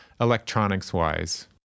electronics-wise